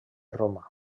roma